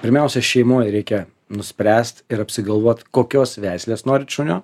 pirmiausia šeimoj reikia nuspręst ir apsigalvot kokios veislės norit šunio